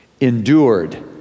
endured